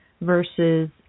versus